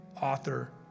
author